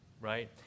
right